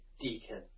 deacon